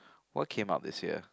what came out this year